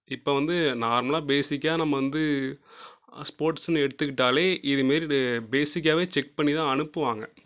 இப்போ வந்து நார்மலாக பேசிக்காக நம்ம வந்து ஸ்போர்ட்ஸுன்னு எடுத்துக்கிட்டாலே இதுமாரி பேசிக்காக செக் பண்ணி தான் அனுப்புவாங்க